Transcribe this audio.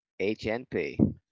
HNP